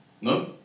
No